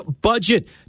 budget